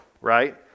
right